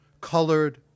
colored